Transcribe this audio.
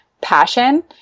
passion